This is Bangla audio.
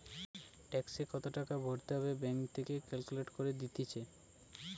ট্যাক্সে কত টাকা ভরতে হবে ব্যাঙ্ক থেকে ক্যালকুলেট করে দিতেছে